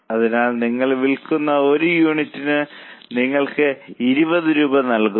അതിനാൽ നിങ്ങൾ വിൽക്കുന്ന ഒരു യൂണിറ്റ് നിങ്ങൾക്ക് 20 രൂപ നൽകുന്നു